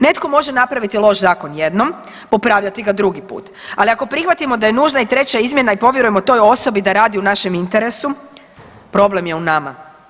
Netko može napraviti loš zakon jednom, popravljati ga drugi put, ali ako prihvatimo da je nužna i treća izmjena i povjerujemo toj osobi da radi u našem interesu, problem je u nama.